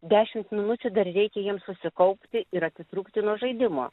dešimt minučių dar reikia jiems susikaupti ir atitrūkti nuo žaidimo